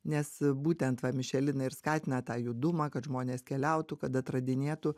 nes būtent va mišelinai ir skatina tą judumą kad žmonės keliautų kad atradinėtų